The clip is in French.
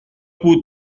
pour